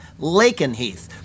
Lakenheath